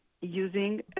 using